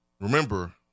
remember